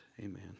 Amen